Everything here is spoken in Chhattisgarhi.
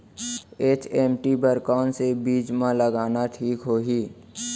एच.एम.टी बर कौन से बीज मा लगाना ठीक होही?